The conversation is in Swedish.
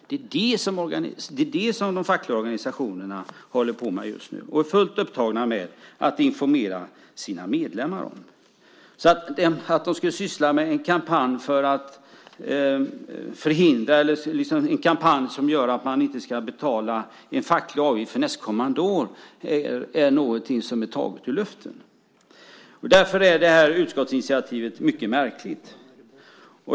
Det är vad de fackliga organisationerna håller på med just nu och är fullt upptagna med att informera sina medlemmar om. Att de skulle syssla med en kampanj för att man ska betala en facklig avgift för nästkommande år är någonting som är taget ur luften. Därför är utskottsinitiativet mycket märkligt.